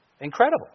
Incredible